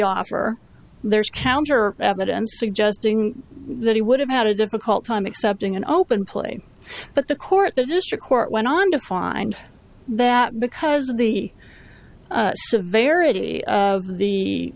offer there's counter evidence suggesting that he would have had a difficult time accepting an open play but the court the district court went on to find that because of the severity of the